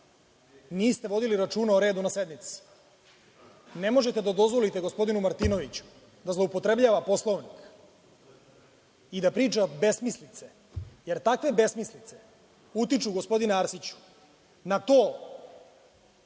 niste vodili računa o redu na sednici. Ne možete da dozvolite gospodinu Martinoviću da zloupotrebljava Poslovnik i da priča besmislice, jer takve besmislice utiču, gospodinu Arsiću, na to